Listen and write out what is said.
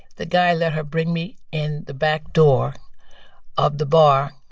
the guy let her bring me in the back door of the bar.